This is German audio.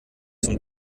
zum